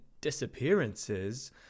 disappearances